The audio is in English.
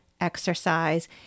exercise